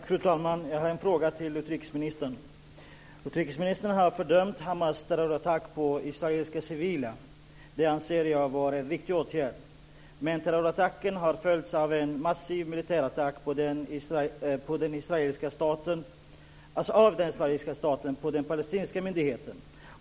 Fru talman! Jag har en fråga till utrikesministern. Utrikesministern har fördömt Hamas terrorattack på israeliska civila. Jag anser att det var en viktig åtgärd. Men terrorattacken har följts av en massiv militärattack av den israeliska staten mot den palestinska myndigheten.